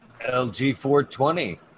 LG420